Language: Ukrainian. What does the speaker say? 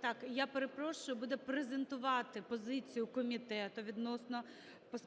Так, я перепрошую, буде презентувати позицію комітету відносно